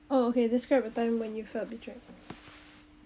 oh okay describe a time when you felt betrayed